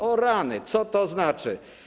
O rany, co to znaczy?